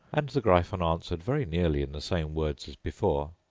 and the gryphon answered, very nearly in the same words as before,